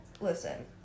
listen